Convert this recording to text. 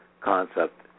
concept